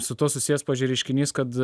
su tuo susijęs pavyzdžiui reiškinys kad